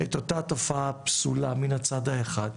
את אותה תופעה פסולה מן הצד האחד,